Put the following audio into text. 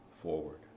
forward